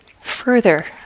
further